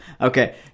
Okay